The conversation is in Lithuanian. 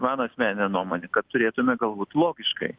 mano asmeninė nuomonė kad turėtume galvot logiškai